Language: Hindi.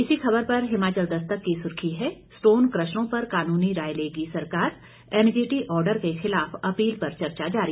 इसी खबर पर हिमाचल दस्तक की सुर्खी है स्टोन कशरों पर कानूनी राय लेगी सरकार एनजीटी ऑर्डर के खिलाफ अपील पर चर्चा जारी